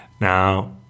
Now